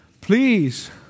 Please